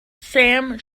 sam